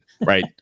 right